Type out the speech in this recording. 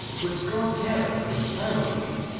but god careth for the sparrows even,